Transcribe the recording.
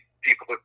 people